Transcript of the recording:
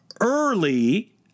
early